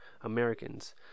Americans